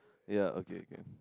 ya okay can